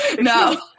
No